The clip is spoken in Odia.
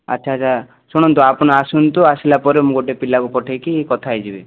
ଆଚ୍ଛା ଆଚ୍ଛା ଶୁଣନ୍ତୁ ଆପଣ ଆସନ୍ତୁ ଆସିଲା ପରେ ମୁଁ ଗୋଟେ ପିଲାକୁ ପଠାଇକି କଥା ହେଇଯିବେ